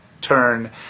turn